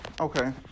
okay